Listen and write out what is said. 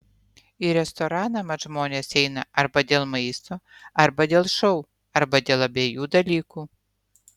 į restoraną mat žmonės eina arba dėl maisto arba dėl šou arba dėl abiejų dalykų